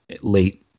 late